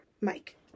Mike